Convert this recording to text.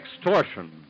extortion